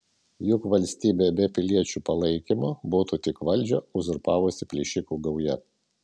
juk valstybė be piliečių palaikymo būtų tik valdžią uzurpavusi plėšikų gauja